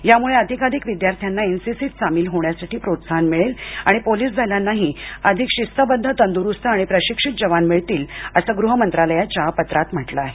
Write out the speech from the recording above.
यामुळे अधिकाधिक विद्यार्थ्यांना एनसीसीत सामील होण्यासाठी प्रोत्साहन मिळेल आणि पोलीस दलांनाही अधिक शिस्तबद्ध तंदुरूस्त आणि प्रशिक्षित जवान मिळतील असं गृहमंत्रालयाच्या या पत्रात म्हटलं आहे